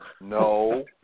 No